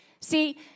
See